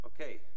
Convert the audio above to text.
Okay